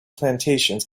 plantations